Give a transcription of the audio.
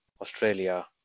Australia